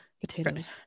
Potatoes